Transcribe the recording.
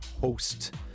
host